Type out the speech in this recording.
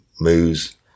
moves